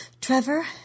Trevor